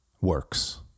works